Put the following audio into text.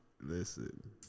Listen